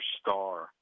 star